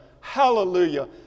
hallelujah